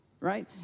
right